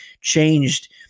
changed